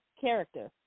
character